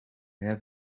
have